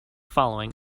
following